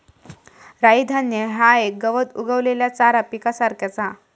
राई धान्य ह्या एक गवत उगवलेल्या चारा पिकासारख्याच हा